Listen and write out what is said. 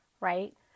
right